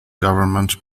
government